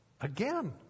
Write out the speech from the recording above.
again